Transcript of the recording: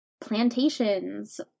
plantations